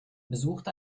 besuchte